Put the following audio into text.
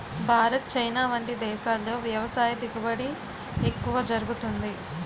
Bharat, China వంటి దేశాల్లో వ్యవసాయ దిగుబడి ఎక్కువ జరుగుతుంది